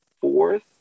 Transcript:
fourth